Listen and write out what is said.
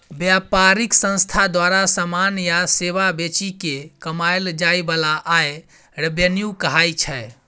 बेपारिक संस्था द्वारा समान या सेबा बेचि केँ कमाएल जाइ बला आय रेवेन्यू कहाइ छै